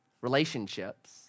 relationships